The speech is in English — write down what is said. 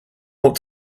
ought